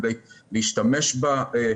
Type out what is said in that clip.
וצריך להשתמש בזה